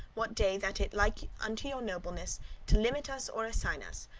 what day that it like unto your nobleness to limit us or assign us,